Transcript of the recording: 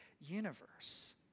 universe